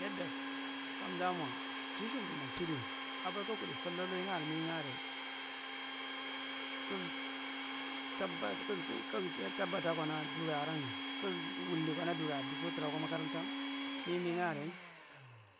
Yeɗɗa kanda’a mwa tishukuɗu mughu siɗi aboyi kugu kuɗai sallolingae arrae mingae arrae kug tabat kughi gitabbata kana ɗuri arrain kugh wulli kana ɗuri arrai ɗukso kana tra wa magaranta mimingae array